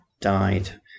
died